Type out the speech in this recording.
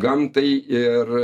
gamtai ir